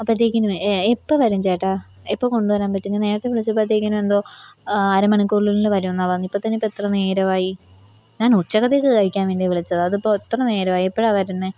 അപ്പത്തേക്കിനുവേ എ എപ്പം വരും ചേട്ടാ എപ്മ്മ് കൊണ്ടുവരാൻ പറ്റും ഞാൻ നേരത്തെ വിളിച്ചപ്പത്തേക്കിന് എന്തോ അര മണിക്കൂറിനുള്ളിൽ വരുമെന്നാണ് പറഞ്ഞ് ഇപ്പോൾ തന്നെ ഇപ്പെത്ര നേരമായി ഞാന് ഉച്ചക്കത്തേക്കു കഴിക്കാന് വേണ്ടി വിളിച്ചതാണ് അതിപ്പോൾ എത്ര നേരമായി എപ്പോഴാണ് വരണേ